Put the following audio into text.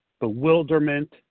bewilderment